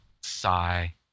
sigh